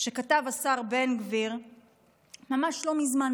שכתב השר בן גביר ממש לא מזמן,